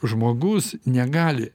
žmogus negali